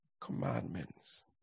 commandments